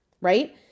right